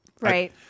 Right